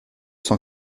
cent